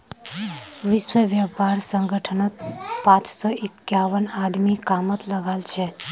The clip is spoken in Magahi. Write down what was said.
विश्व व्यापार संगठनत पांच सौ इक्यावन आदमी कामत लागल छ